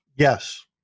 Yes